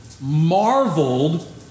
marveled